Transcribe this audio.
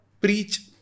preach